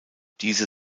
diese